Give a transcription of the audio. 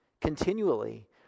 continually